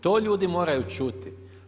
To ljudi moraju čuti.